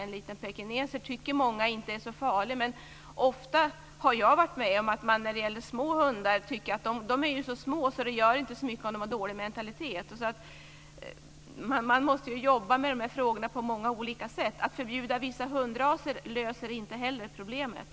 En liten pekines tycker många inte är så farlig, men ofta har jag varit med om att man när det gäller små hundar tycker att de är så små att det inte gör så mycket om de har dålig mentalitet. Man måste jobba med de här frågorna på många olika sätt. Att förbjuda vissa hundraser löser inte heller problemet.